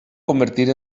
convertir